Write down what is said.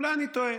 אולי אני טועה.